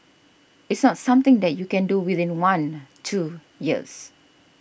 it's not something that you can do within one two years